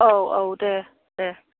औ औ दे दे